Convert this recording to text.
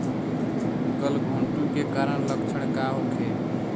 गलघोंटु के कारण लक्षण का होखे?